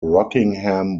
rockingham